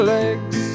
legs